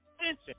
attention